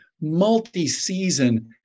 multi-season